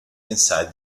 inside